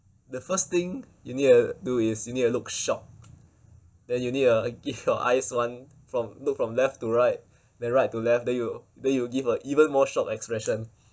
the first thing you need uh do is you need to look shocked then you need a give your eyes one from look from left to right then right to left then you then you give a even more shocked expression